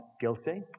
guilty